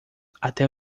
até